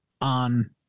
on